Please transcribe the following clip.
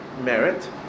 merit